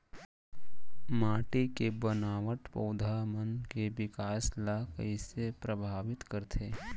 माटी के बनावट पौधा मन के बिकास ला कईसे परभावित करथे